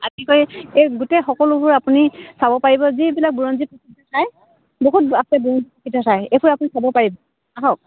এই কি কয় এই গোটেই সকলোবোৰ আপুনি চাব পাৰিব যিবিলাক বুৰঞ্জী প্ৰসিদ্ধ ঠাই বহুত আছে বুৰঞ্জী প্ৰসিদ্ধ ঠাই এইবোৰ আপুনি চাব পাৰিব আহক